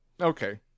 Okay